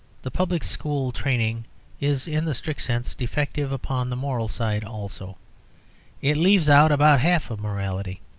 the public-school training is in the strict sense defective upon the moral side also it leaves out about half of morality.